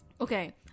Okay